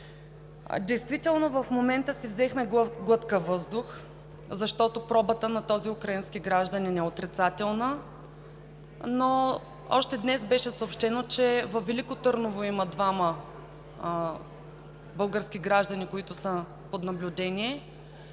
Действително в момента си взехме глътка въздух, защото пробата на този украински гражданин е отрицателна, но още днес беше съобщено, че във Велико Търново има двама български граждани под наблюдение.